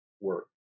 work